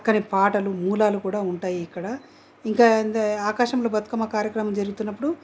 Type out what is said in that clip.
చక్కని పాటలు మూలాలు కూడా ఉంటాయి ఇక్కడ ఇంకా ఆకాశంలో బతుకమ్మ కార్యక్రమం జరుగుతున్నప్పుడు